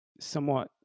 somewhat